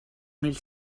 mil